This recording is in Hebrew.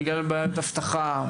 בגלל בעיות אבטחה,